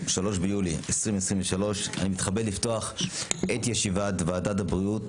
3 ביולי 2023. אני מתכבד לפתוח את ישיבת ועדת הבריאות.